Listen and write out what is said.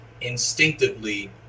instinctively